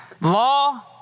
law